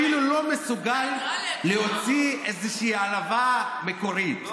אתה אפילו לא מסוגל להוציא איזושהי העלבה מקורית.